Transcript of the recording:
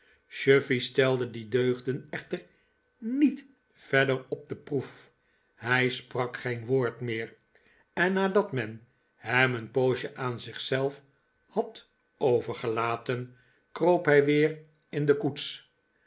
chuffey stelde die deugden echter niet ver der op de proef hij sprak geen woord meer en nadat men hem een poosje aan zich zelf had overgelaten kroop hij weer in de koets